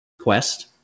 quest